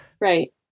Right